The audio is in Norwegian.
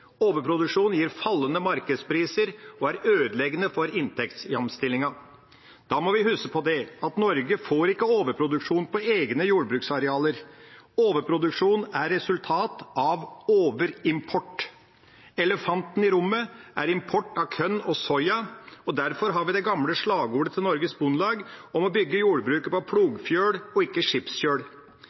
gir fallende markedspriser og er ødeleggende for inntektsjamstillingen. Da må vi huske på det at Norge får ikke overproduksjon på egne jordbruksarealer. Overproduksjon er resultat av overimport. Elefanten i rommet er import av korn og soya. Derfor har vi det gamle slagordet til Norges Bondelag om å bygge jordbruket på plogfjøl og ikke skipskjøl.